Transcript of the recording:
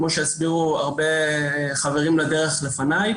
כמו שהסבירו הרבה חברים לדרך לפניי,